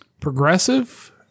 progressive